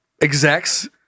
execs